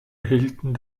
erhielten